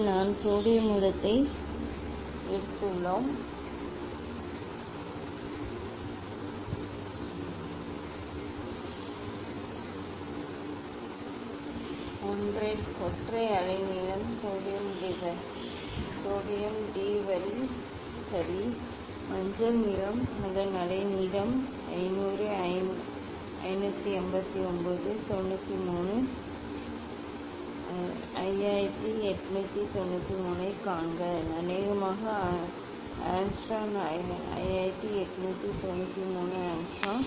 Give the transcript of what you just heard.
இங்கே நாம் சோடியம் மூலத்தை எடுத்துள்ளோம் ஒற்றை அலைநீளம் சோடியம் டி வரி சரி மஞ்சள் நிறம் அதன் அலைநீளம் 500 5893 5893 ஐக் காண்க அநேகமாக ஆங்ஸ்ட்ரோம் 5893 ஆங்ஸ்ட்ரோம்